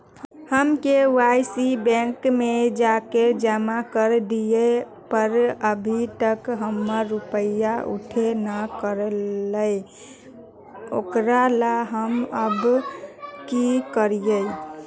हम KYC bank में जाके जमा कर देलिए पर अभी तक हमर रुपया उठबे न करे है ओकरा ला हम अब की करिए?